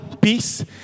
peace